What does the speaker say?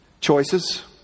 Choices